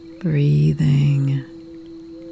breathing